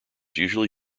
usually